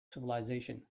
civilisation